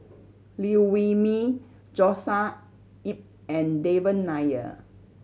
Liew Wee Mee Joshua Ip and Devan Nair